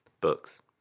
books